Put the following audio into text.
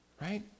right